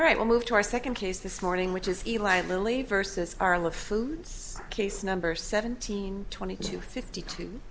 all right we'll move to our second case this morning which is eli lilly versus carla foods case number seventeen twenty two fifty two